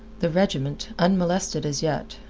the regiment, unmolested as yet,